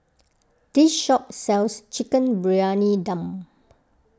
this shop sells Chicken Briyani Dum